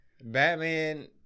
Batman